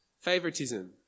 favoritism